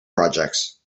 projects